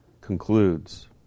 concludes